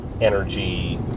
Energy